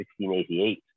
1688